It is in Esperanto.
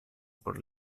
por